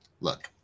Look